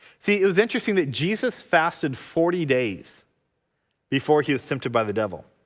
see it was interesting that jesus fasted forty days before he was tempted by the devil.